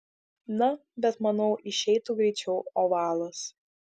na bet manau išeitų greičiau ovalas